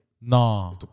No